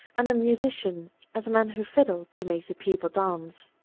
and a musician as a man who fiddled to make the people dance.